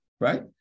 right